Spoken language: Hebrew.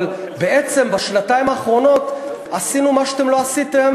אבל בעצם בשנתיים האחרונות עשינו מה שאתם לא עשיתם